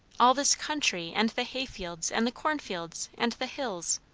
all this country and the hayfields, and the cornfields, and the hills.